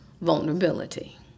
vulnerability